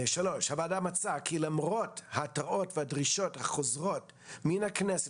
3. הוועדה מצאה כי למרות ההתראות והדרישות החוזרות מן הכנסת